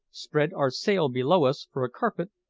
spread our sail below us for a carpet,